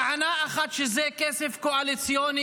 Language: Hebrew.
טענה אחת היא שזה כסף קואליציוני,